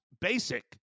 basic